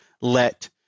let